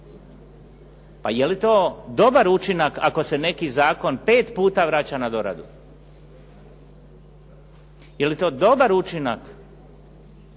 Pa je li to dobar učinak ako se neki zakon 5 puta vraća na doradu? Je li to dobar učinak